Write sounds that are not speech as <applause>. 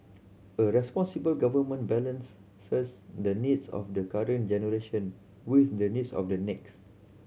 a responsible government balance <unintelligible> the needs of the current generation with the needs of the next